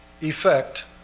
effect